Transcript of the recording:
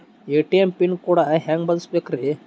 ATM pin code ಹೆಂಗ್ ಬದಲ್ಸ್ಬೇಕ್ರಿ?